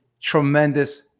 tremendous